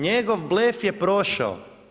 Njegov blef je prošao.